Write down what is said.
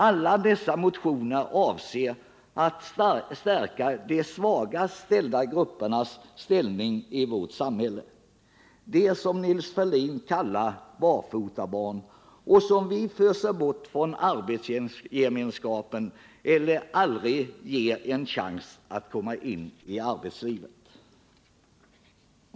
Alla dessa motioner avser att stärka de svagast ställda gruppernas ställning i vårt samhälle, dvs. de som Nils Ferlin kallar barfotabarn och som vi föser bort från arbetsgemenskapen eller aldrig ger en chans att komma in i arbetslivet.